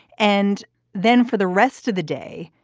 and then for the rest of the day,